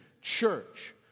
church